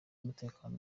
umutekano